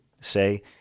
say